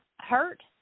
hurt